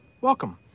welcome